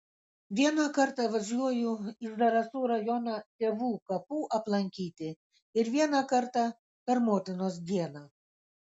vieną kartą važiuoju į zarasų rajoną tėvų kapų aplankyti ir vieną kartą per motinos dieną